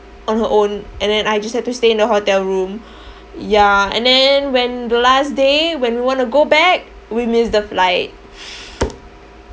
on her own and then I just had to stay in the hotel room ya and then when the last day when we want to go back we miss the flight